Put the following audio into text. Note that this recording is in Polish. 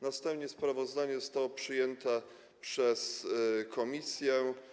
Następnie sprawozdanie zostało przyjęte przez komisję.